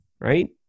Right